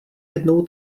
jednou